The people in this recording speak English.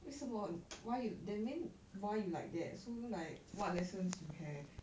为什么 why you that mean why you like that so like what lessons you have